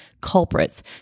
culprits